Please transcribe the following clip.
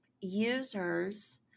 users